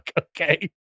Okay